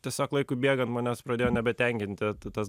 tiesiog laikui bėgant manęs pradėjo nebetenkinti tas